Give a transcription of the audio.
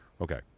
Okay